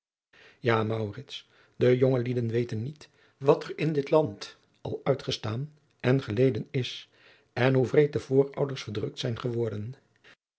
loosjes pzn het leven van maurits lijnslager niet wat er in dit land al uitgestaan en geleden is en hoe wreed de voorouders verdrukt zijn geworden